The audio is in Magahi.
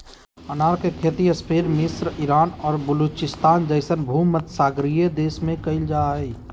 अनार के खेती स्पेन मिस्र ईरान और बलूचिस्तान जैसन भूमध्यसागरीय देश में कइल जा हइ